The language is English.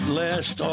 last